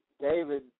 David